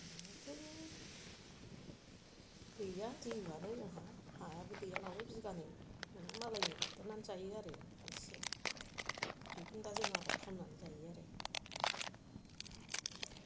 न'आवथ' गैया जेबोआनो जोंहा हायाबो गैयानालाय बिघानैल' बिदिनो मालायनि गायदेरनानै जायो आरो इसे बिखौनो दा जों आबाद खालामनानै जायो आरो